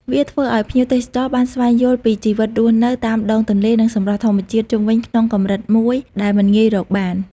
វាធ្វើឱ្យភ្ញៀវទេសចរណ៍បានស្វែងយល់ពីជីវិតរស់នៅតាមដងទន្លេ និងសម្រស់ធម្មជាតិជុំវិញក្នុងកម្រិតមួយដែលមិនងាយរកបាន។